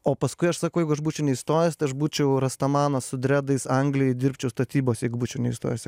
o paskui aš sakau jeigu aš būčiau neįstojęs tai aš būčiau restomanas su dredais anglijoj dirbčiau statybose jeigu būčiau neįstojęs į